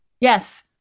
Yes